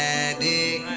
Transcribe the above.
addict